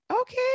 Okay